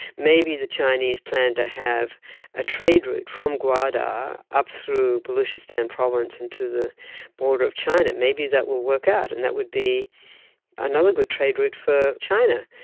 maybe the chinese plan to have a trade route from gwadar up through baluchistan province into the border of china, maybe that will work out and that would be another good trade route for china,